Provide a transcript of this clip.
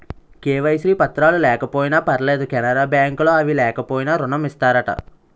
KYC పత్రాలు లేకపోయినా పర్లేదు కెనరా బ్యాంక్ లో అవి లేకపోయినా ఋణం ఇత్తారట